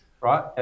Right